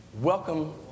Welcome